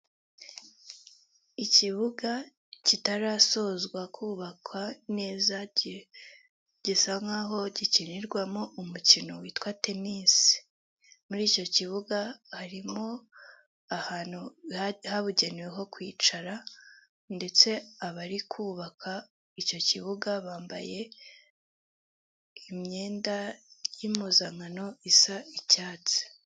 Ikibuga kitarasozwa kubakwa neza gisa nkaho gikinirwamo umukino witwa tenisi muri icyo kibuga harimo ahantu habugenewe ho kwicara ndetse abari kubaka icyo kibuga bambaye imyenda y'impuzankano isa icyatsi.